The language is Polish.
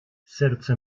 serce